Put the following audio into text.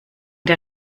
der